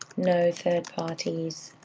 no third parties